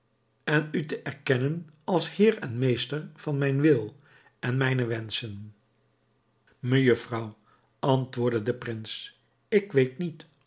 en u te erkennen als heer en meester van mijn wil en mijne wenschen mejufvrouw antwoordde de prins ik weet niet